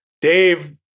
Dave